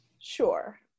sure